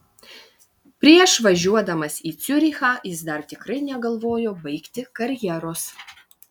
prieš važiuodamas į ciurichą jis dar tikrai negalvojo baigti karjeros